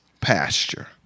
pasture